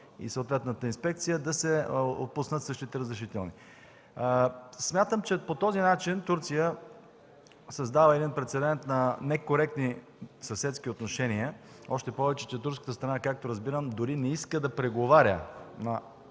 съответната инспекция да се отпуснат същите разрешителни. Смятам, че по този начин Турция създава един прецедент на некоректни съседски отношения. Още повече, че турската страна, както разбирам, дори не иска да преговаря в